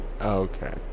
Okay